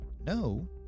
No